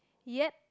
yeap